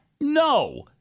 no